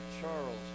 Charles